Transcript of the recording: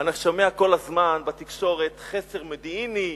אני שומע כל הזמן בתקשורת: חסר מודיעיני,